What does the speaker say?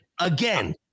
again